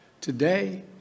Today